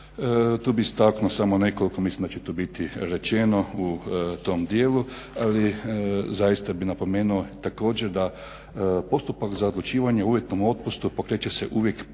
Tu bih istaknuo samo nekoliko, mislim da će tu biti rečeno u tom dijelu, ali zaista bih napomenuo također da postupak za odlučivanje o uvjetnom otpustu pokreće se uvijek prijedlogom